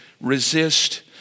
resist